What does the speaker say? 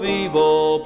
evil